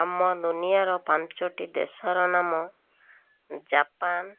ଆମ ଦୁନିଆର ପାଞ୍ଚଟି ଦେଶର ନାମ ଜାପାନ